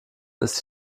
ist